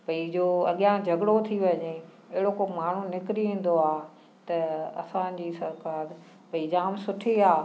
भई जो अॻियां झगिड़ो थी वञे अहिड़ो को माण्हू निकिरी ईंदो आहे त असांजी सरकारि भई जाम सुठी आहे